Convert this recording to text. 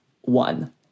One